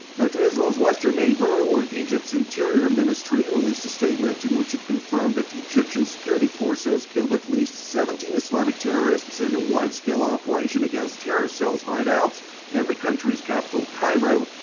now to israel's western neighbor, where egypt's interior ministry released a statement in which it confirmed that egyptian security forces killed at least seventeen islamic terrorists in a widescale-operation against terror cells' hideouts in the country's capital, cairo,